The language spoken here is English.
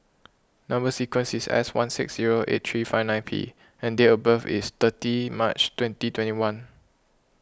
Number Sequence is S one six zero eight three five nine P and date of birth is thirty March twenty twenty one